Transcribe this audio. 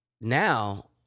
now